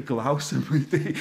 klausimui tai